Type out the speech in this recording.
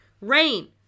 Rain